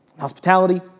hospitality